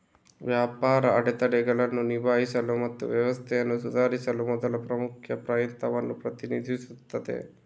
ವ್ಯಾಪಾರ ಅಡೆತಡೆಗಳನ್ನು ನಿಭಾಯಿಸಲು ಮತ್ತು ವ್ಯವಸ್ಥೆಯನ್ನು ಸುಧಾರಿಸಲು ಮೊದಲ ಪ್ರಮುಖ ಪ್ರಯತ್ನವನ್ನು ಪ್ರತಿನಿಧಿಸುತ್ತದೆ